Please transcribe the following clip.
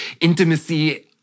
intimacy